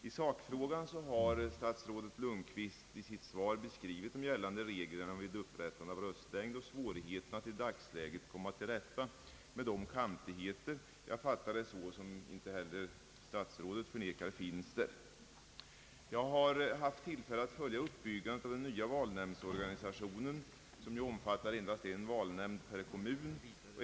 I sakfrågan har statsrådet i sitt svar beskrivit gällande regler vid upprättande av röstlängd och svårigheten att i dagsläget komma till rätta med de kantigheter som — jag fattar det så — inte heller statsrådet förnekar förekommer i detta sammanhang. Jag har haft tillfälle att följa uppbyggandet av den nya valnämndsorganisationen, som innebär endast en valnämnd per kommun.